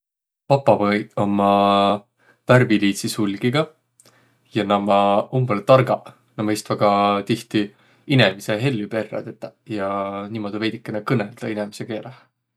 Papagoiq ommaq värviliidsi sulgiga ja nä ommaq umbõlõ targaq. Nä mõistvaq ka tihti inemise hellü perrä tetäq ja niimuudu veidikene kõnõldaq inemise keeleh.